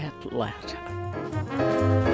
Atlanta